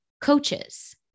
coaches